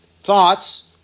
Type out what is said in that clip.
thoughts